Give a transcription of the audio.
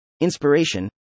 inspiration